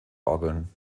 orgeln